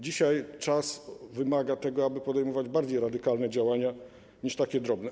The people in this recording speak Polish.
Dzisiaj czas wymaga tego, aby podejmować bardziej radykalne działania niż takie drobne.